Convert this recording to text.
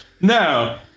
No